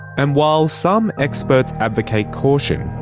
and while some experts advocate caution,